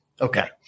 Okay